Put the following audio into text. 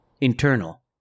Internal